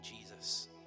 Jesus